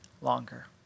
longer